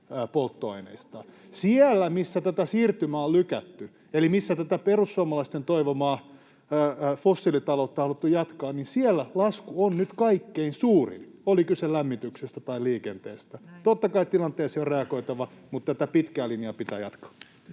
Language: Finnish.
Juuri niin!] Siellä missä tätä siirtymää on lykätty, eli missä tätä perussuomalaisten toivomaa fossiilitaloutta on haluttu jatkaa, siellä lasku on nyt kaikkein suurin, oli kyse lämmityksestä tai liikenteestä. Totta kai tilanteeseen on reagoitava, mutta tätä pitkää linjaa pitää jatkaa.